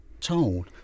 told